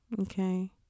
Okay